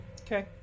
Okay